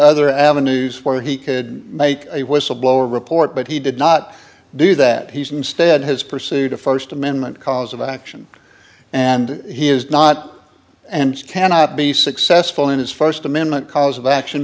other avenues where he could make a whistleblower report but he did not do that he's instead has pursued a first amendment cause of action and he is not and cannot be successful in his first amendment cause of action